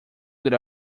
good